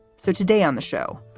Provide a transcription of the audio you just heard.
so today on the show,